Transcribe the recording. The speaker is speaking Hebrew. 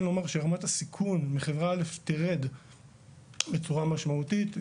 לומר שרמת הסיכון מחברה א' תרד בצורה משמעותית.